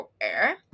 air